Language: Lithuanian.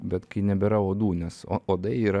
bet kai nebėra uodų nes o uoda yra